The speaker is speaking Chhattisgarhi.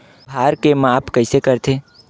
भार के माप कइसे करथे?